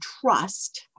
trust